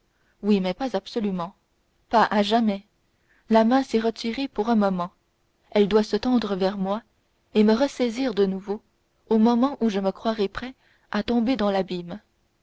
oui mais pas absolument pas à jamais la main s'est retirée pour un moment elle doit se tendre vers moi et me ressaisir de nouveau au moment où je me croirai prêt à tomber dans l'abîme